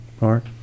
Mark